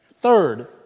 Third